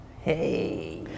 Hey